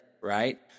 right